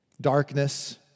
Darkness